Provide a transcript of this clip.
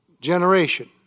generation